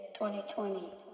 2020